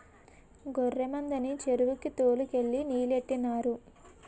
గొర్రె మందని చెరువుకి తోలు కెళ్ళి నీలెట్టినారు